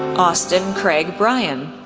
austin craig bryan,